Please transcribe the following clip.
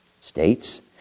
states